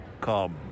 Come